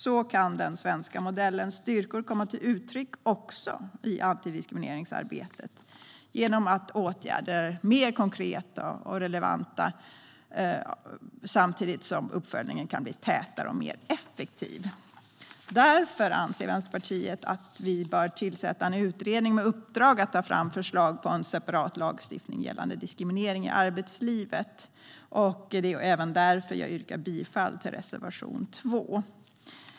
Så kan den svenska modellens styrkor komma till uttryck också i antidiskrimineringsarbetet, genom att åtgärder får en mer konkret och relevant karaktär samtidigt som uppföljningen kan bli tätare och mer effektiv. Därför anser Vänsterpartiet att det bör tillsättas en utredning med uppdrag att ta fram förslag på en separat lagstiftning gällande diskriminering i arbetslivet. Detta framgår av reservation 9.